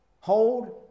hold